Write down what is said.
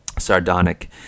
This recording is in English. sardonic